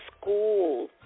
school